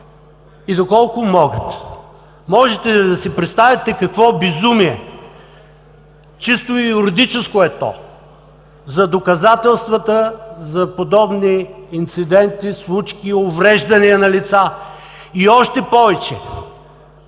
и доколко могат. Можете ли да си представите какво безумие – чисто юридическо е то, за доказателствата за подобни инциденти, случки, увреждания на лица?! И още повече,